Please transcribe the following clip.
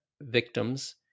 victims